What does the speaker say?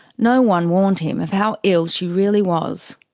no one warned him of how ill she really was.